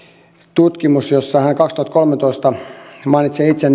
tutkimus jossa hän kaksituhattakolmetoista mainitsee itse